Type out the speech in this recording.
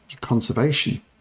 conservation